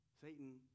Satan